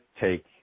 take